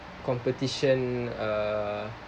competition uh